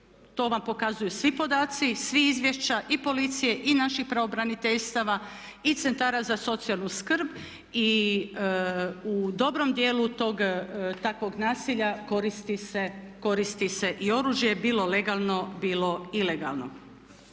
To vam pokazuju svi podaci iz svih izvješća i policije i naših pravobraniteljstava i centara za socijalnu skrb i u dobrom dijelu tog takvog nasilja koristi se i oružje bilo legalno, bilo ilegalno.